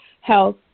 health